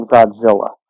Godzilla